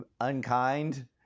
unkind